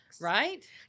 Right